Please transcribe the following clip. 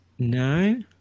no